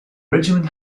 regiment